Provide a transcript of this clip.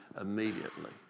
immediately